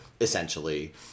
essentially